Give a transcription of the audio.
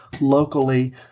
locally